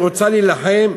אני רוצה להילחם,